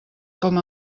com